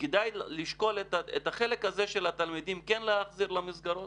כדאי לשקול את החלק הזה של התלמידים כן להחזיר למסגרות?